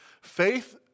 Faith